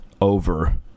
over